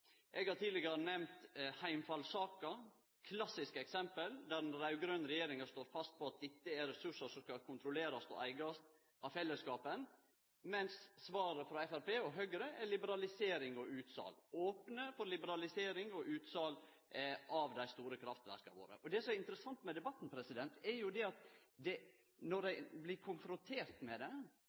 Eg har tidlegare nemnt heimfallssaka – eit klassiske eksempel, der den raud-grøne regjeringa står fast på at dette er ressursar som skal kontrollerast og eigast av fellesskapen, mens svaret frå Framstegspartiet og Høgre er å opne for liberalisering og utsal av dei store kraftverka våre. Det som er interessant med debatten, er jo det at når dei blir konfronterte med det,